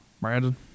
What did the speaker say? Brandon